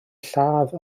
lladd